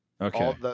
Okay